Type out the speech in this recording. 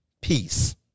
peace